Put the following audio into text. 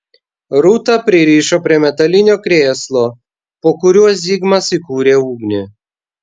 rūtą pririšo prie metalinio krėslo po kuriuo zigmas įkūrė ugnį